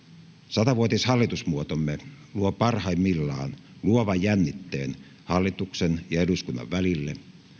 satavuotinen hallitusmuotomme luo parhaimmillaan luovan jännitteen hallituksen ja eduskunnan välille